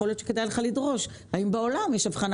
יכול להיות שכדאי לך לדרוש לדעת האם בעולם יש הבחנה